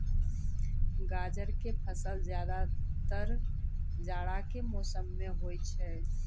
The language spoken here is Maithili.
गाजर के फसल ज्यादातर जाड़ा के मौसम मॅ होय छै